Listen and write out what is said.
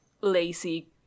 lazy